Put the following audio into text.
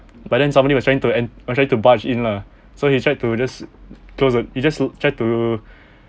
but then somebody was trying to en~ trying to barge in lah so he tried to just close a he just try to